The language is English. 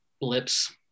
blips